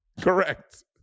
Correct